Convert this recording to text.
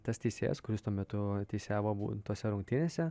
tas teisėjas kuris tuo metu teisėjavo tose rungtynėse